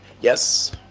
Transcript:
yes